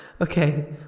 Okay